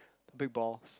big balls